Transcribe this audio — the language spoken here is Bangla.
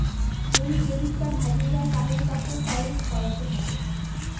যদি ডেবিট কার্ড হারিয়ে যায় তাহলে তাকে টলিস্ট করাতে হবে